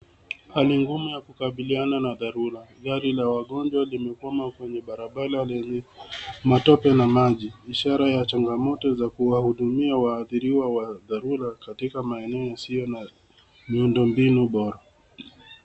Hali ngumu ya kukabiliana na dharura. Gari la wagonjwa limekwama kwenye barabara lenye matope na maji ishara ya changamoto za kuwahudumia waathiriwa wa dharura katika maeneo yasiyo na miundo mbinu bora.